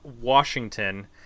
Washington